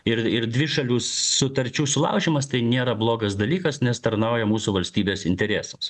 ir ir dvišalių sutarčių sulaužymas tai nėra blogas dalykas nes tarnauja mūsų valstybės interesams